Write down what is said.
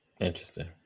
Interesting